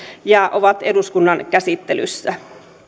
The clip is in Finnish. ja ovat eduskunnan käsittelyssä